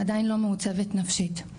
עדיין לא מעוצבת נפשית,